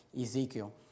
Ezekiel